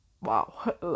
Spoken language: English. Wow